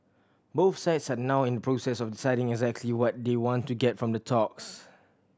both sides are now in the process of deciding exactly what they want to get from the talks